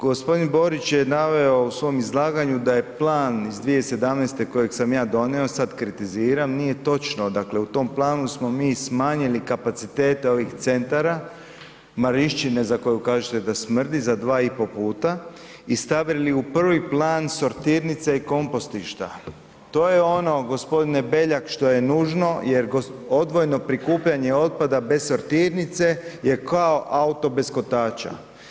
Gospodin Borić je naveo u svom izlaganju da je plan iz 2017. kojeg sam ja donio, sad kritiziram, nije točno, dakle u tom planu smo mi smanjili kapacitete ovih centara, Marišćine za koju kažete da smrdi za 2,5 puta i stavili u prvi plan sortirnice i kompostišta, to je ono gospodine Beljak što je nužno jer odvojeno prikupljanje otpada bez sortirnice je kao auto bez kotača.